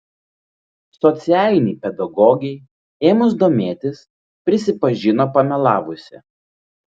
socialinei pedagogei ėmus domėtis prisipažino pamelavusi